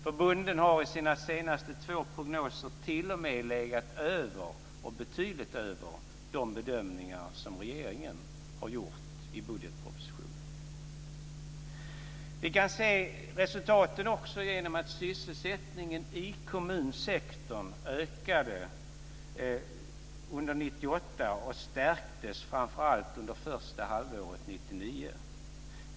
Förbundens senaste två prognoser har t.o.m. legat över och betydligt över de bedömningar som regeringen har gjort i budgetpropositionen. Vi kan se resultatet också genom att sysselsättningen i kommunsektorn ökade under 1998 och stärktes framför allt under första halvåret 1999.